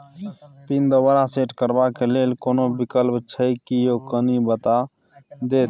Pin दोबारा set करबा के लेल कोनो विकल्प छै की यो कनी बता देत?